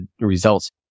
results